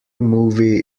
movie